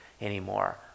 anymore